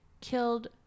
killed